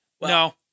no